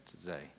today